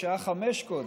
היה חמש קודם.